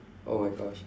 oh my gosh